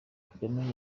kagame